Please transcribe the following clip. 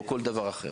או כל דבר אחר,